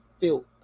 filth